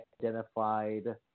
identified